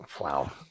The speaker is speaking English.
Wow